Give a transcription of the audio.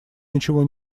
ничего